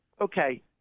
Okay